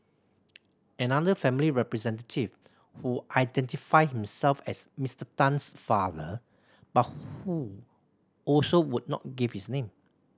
another family representative who identified himself as Mister Tan's father but who also would not give his name